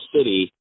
City